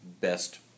best